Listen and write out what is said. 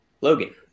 Logan